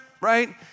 right